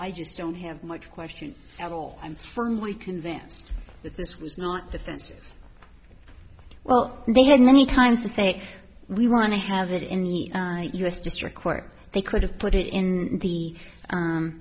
i just don't have much question at all i'm firmly convinced that this was not defensive well they had many times to say we want to have it in the u s district court they could have put it in the